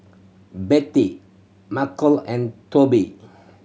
Betty Markel and Toby